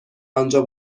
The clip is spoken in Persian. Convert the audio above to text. آنجا